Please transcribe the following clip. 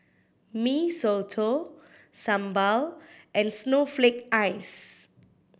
Mee Soto sambal and snowflake ice